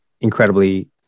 incredibly